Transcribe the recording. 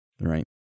right